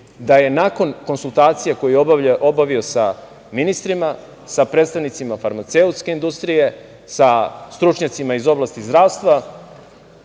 Da je nakon konsultacija koju je obavio sa ministrima, sa predstavnicima farmaceutske industrije, sa stručnjacima iz oblasti zdravstva